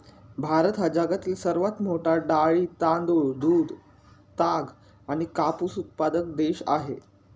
भारत हा जगातील सर्वात मोठा डाळी, तांदूळ, दूध, ताग आणि कापूस उत्पादक देश आहे